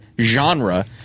genre